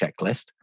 checklist